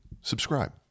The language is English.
subscribe